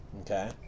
okay